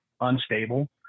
unstable